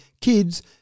kids